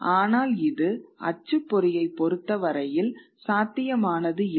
ஆனால் இது அச்சுப்பொறியை பொறுத்தவரையில் சாத்தியமானது இல்லை